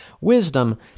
wisdom